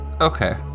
Okay